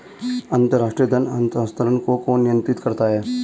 अंतर्राष्ट्रीय धन हस्तांतरण को कौन नियंत्रित करता है?